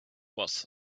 was